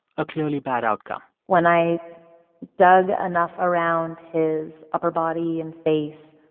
a clearly bad outcome when i dug enough around his upper body and face,